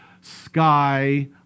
Sky